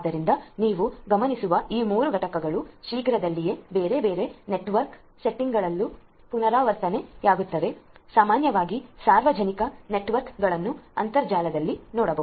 ಆದ್ದರಿಂದ ನೀವು ಗಮನಿಸುವ ಈ 3 ಘಟಕಗಳು ಶೀಘ್ರದಲ್ಲೇ ಬೇರೆ ಬೇರೆ ನೆಟ್ವರ್ಕ್ ಸೆಟ್ಟಿಂಗ್ಗಳಲ್ಲೂ ಪುನರಾವರ್ತನೆಯಾಗುತ್ತವೆ ಸಾಮಾನ್ಯವಾಗಿ ಸಾರ್ವಜನಿಕ ನೆಟ್ವರ್ಕ್ಗಳನ್ನು ಅಂತರ್ಜಾಲದಲ್ಲಿ ನೋಡಿ